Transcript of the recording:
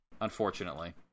unfortunately